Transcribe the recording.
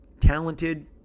talented